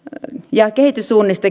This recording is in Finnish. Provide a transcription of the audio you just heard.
ja kehityssuunnista